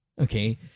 okay